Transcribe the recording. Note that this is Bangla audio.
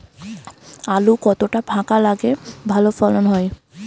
আলু কতটা ফাঁকা লাগে ভালো ফলন হয়?